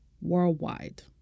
worldwide